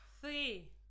Three